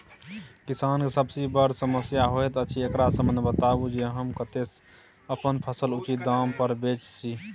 किसान के सबसे बर समस्या होयत अछि, एकरा संबंध मे बताबू जे हम कत्ते अपन फसल उचित दाम पर बेच सी?